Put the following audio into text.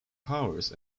powers